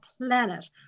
planet